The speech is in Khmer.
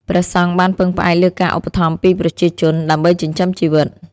ព្រះសង្ឃបានពឹងផ្អែកលើការឧបត្ថម្ភពីប្រជាជន ដើម្បីចិញ្ចឹមជីវិត។